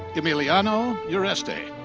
emiliano uresti.